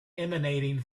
emanating